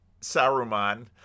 Saruman